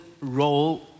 role